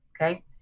okay